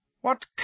What